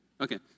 Okay